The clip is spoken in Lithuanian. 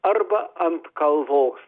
arba ant kalvos